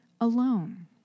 alone